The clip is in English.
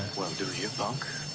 what i'm doing here.